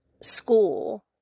school